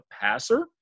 passer